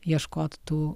ieškot tų